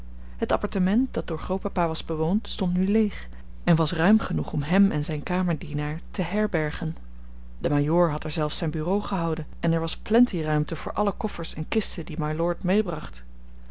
het appartement dat door grootpapa was bewoond stond nu leeg en was ruim genoeg om hem en zijn kamerdienaar te herbergen de majoor had er zelfs zijn bureau gehouden en er was plenty ruimte voor alle koffers en kisten die mylord meebracht